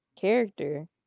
character